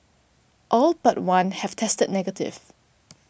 all but one have tested negative